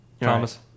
Thomas